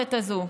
המערכת הזו.